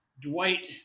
Dwight